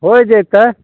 होइ जेतै